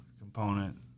component